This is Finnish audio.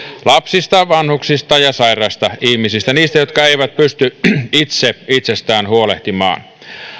lapsista vanhuksista ja sairaista ihmisistä niistä jotka eivät pysty itse itsestään huolehtimaan